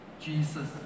Jesus